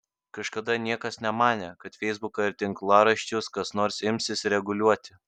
kažkada niekas nemanė kad feisbuką ir tinklaraščius kas nors imsis reguliuoti